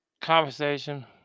conversation